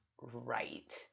right